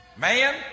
Man